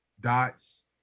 dots